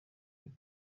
kuri